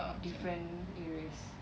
different areas